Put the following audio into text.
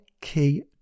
key